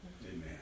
Amen